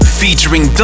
featuring